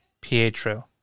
Pietro